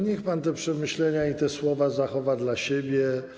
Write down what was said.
Niech pan te przemyślenia i te słowa zachowa dla siebie.